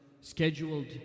scheduled